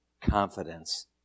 confidence